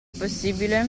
possibile